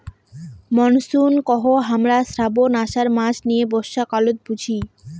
monsoon কহু হামরা শ্রাবণ, আষাঢ় মাস নিয়ে বর্ষাকালত বুঝি